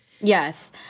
Yes